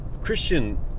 Christian